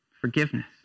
forgiveness